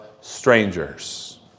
strangers